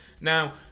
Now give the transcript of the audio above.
Now